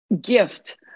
gift